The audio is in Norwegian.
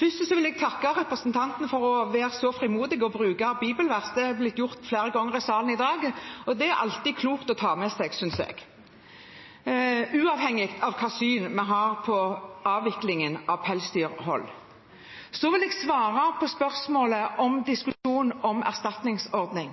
Først vil jeg takke representanten for å være så frimodig å bruke bibelvers. Det er blitt gjort flere ganger i salen i dag. Det er alltid klokt å ta med seg, synes jeg, uavhengig av hva slags syn vi har på avviklingen av pelsdyrhold. Så vil jeg svare på spørsmålet om diskusjonen om erstatningsordning.